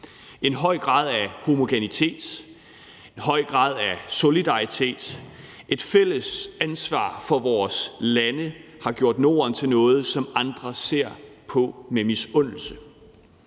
En høj grad af homogenitet, en høj grad af solidaritet og et fælles ansvar for vores lande har gjort Norden til noget, som andre ser på med misundelse.